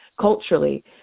culturally